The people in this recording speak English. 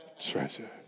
treasure